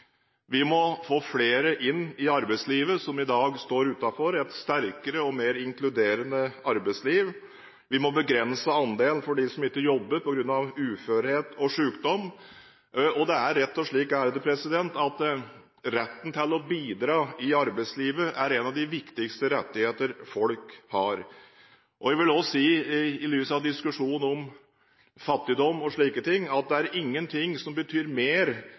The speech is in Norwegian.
Vi må få flere av dem som i dag står utenfor, inn i arbeidslivet, og vi må få et sterkere og mer inkluderende arbeidsliv. Vi må begrense andelen av dem som ikke jobber på grunn av uførhet og sykdom. Retten til å bidra i arbeidslivet er rett og slett en av de viktigste rettighetene folk har. I lys av diskusjonen om fattigdom og slike ting vil jeg også si at det er ingenting som betyr mer